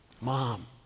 mom